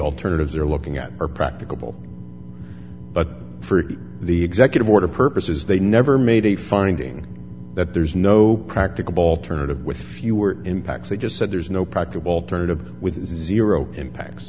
alternatives are looking at are practicable but for the executive order purposes they never made a finding that there's no practicable alternative with fewer impacts they just said there's no practical alternative with zero impacts